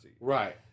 Right